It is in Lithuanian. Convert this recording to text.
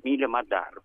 mylimą dar